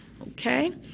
Okay